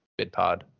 BidPod